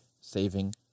saving